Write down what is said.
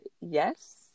Yes